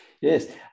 Yes